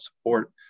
support